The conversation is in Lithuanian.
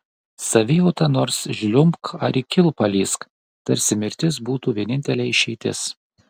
savijauta nors žliumbk ar į kilpą lįsk tarsi mirtis būtų vienintelė išeitis